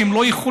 והם לא יכולים.